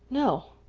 no,